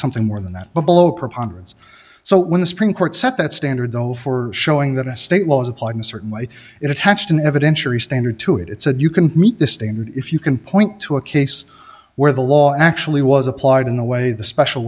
something more than that but below preponderance so when the supreme court set that standard though for showing that a state law is applied in a certain way it attached an evidentiary standard to it it said you can meet this standard if you can point to a case where the law actually was applied in the way the special